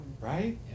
Right